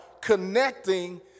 connecting